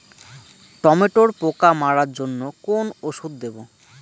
টমেটোর পোকা মারার জন্য কোন ওষুধ দেব?